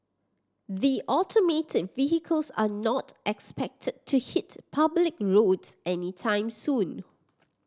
the automated vehicles are not expected to hit public roads anytime soon